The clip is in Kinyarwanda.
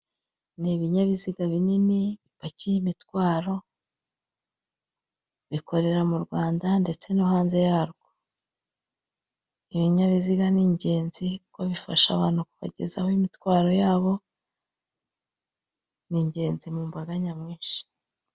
Ni ibinyabiziga binini bipakiye imitwaro, bikorera mu Rwanda, ndetse no hanze yarwo. Ibinyabiziga ni ingenzi kuko bifasha abantu kubagezaho imitwaro yabo, ni ingenzi mu mbaga nyamwinshi.